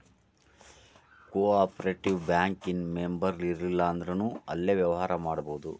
co operative bank ಇನ್ ಮೆಂಬರಿರ್ಲಿಲ್ಲಂದ್ರುನೂ ಅಲ್ಲೆ ವ್ಯವ್ಹಾರಾ ಮಾಡ್ಬೊದು